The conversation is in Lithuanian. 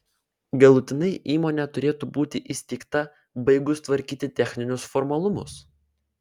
galutinai įmonė turėtų būti įsteigta baigus tvarkyti techninius formalumus